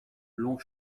l’ont